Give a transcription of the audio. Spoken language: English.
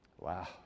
Wow